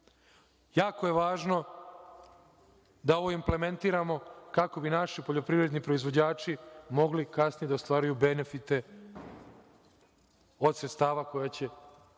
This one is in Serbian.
Jako je važno da ovo implementiramo, kako bi naši poljoprivredni proizvođači mogli kasnije da ostvaruju benefite od sredstava koja će